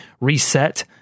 reset